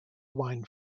wine